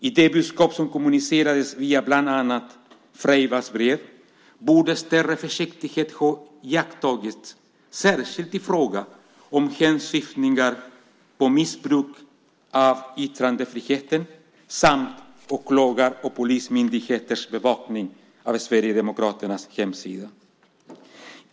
I det budskap som kommunicerades via bland annat Freivalds brev borde större försiktighet ha iakttagits särskilt i fråga om hänsyftningar på missbruk av yttrandefriheten samt åklagar och polismyndigheters bevakning av Sverigedemokraternas hemsida.